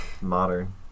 modern